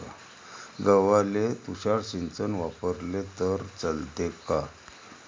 गव्हाले तुषार सिंचन वापरले तर चालते का?